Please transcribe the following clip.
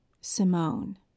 Simone